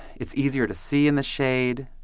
it's easier to see in the shade.